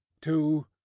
two